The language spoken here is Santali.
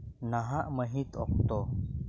ᱱᱟᱦᱟᱜ ᱢᱟᱹᱦᱤᱛ ᱚᱠᱛᱚ